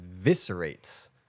eviscerates